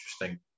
interesting